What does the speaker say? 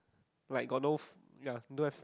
like got no ya don't have